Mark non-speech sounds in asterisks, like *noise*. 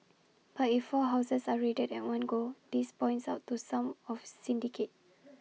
but if four houses are raided at one go this points out to some of syndicate *noise*